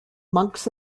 monks